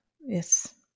yes